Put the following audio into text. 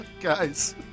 Guys